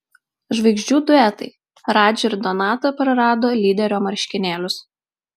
žvaigždžių duetai radži ir donata prarado lyderio marškinėlius